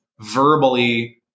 verbally